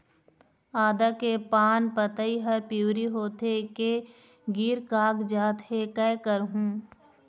आदा के पान पतई हर पिवरी होथे के गिर कागजात हे, कै करहूं?